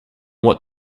what